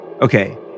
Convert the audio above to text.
Okay